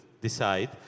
Decide